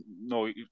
no